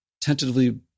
tentatively